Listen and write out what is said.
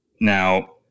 now